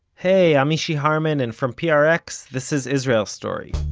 hey, i'm mishy harman and from prx this is israel story.